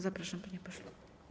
Zapraszam, panie pośle.